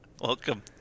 Welcome